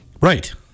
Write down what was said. Right